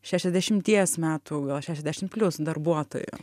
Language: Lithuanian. šešiasdešimties metų gal šešiasdešimt plius darbuotojų